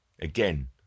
again